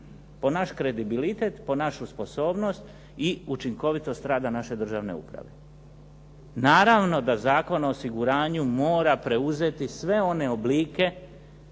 Po naš kredibilitet po našu sposobnost i učinkovitost rada naše državne uprave. Naravno da Zakon o osiguranju mora preuzeti sve one oblike